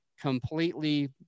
completely